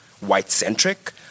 white-centric